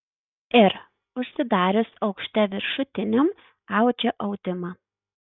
ir užsidarius aukšte viršutiniam audžia audimą